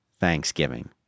Thanksgiving